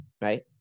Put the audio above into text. right